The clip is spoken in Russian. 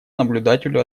наблюдателю